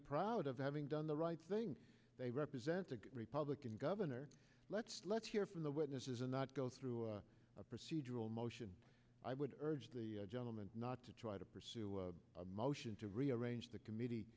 proud of having done the right thing they represent the republican governor let's let's hear from the witnesses and not go through a procedural motion i would urge the gentleman not to try to pursue a motion to rearrange the comm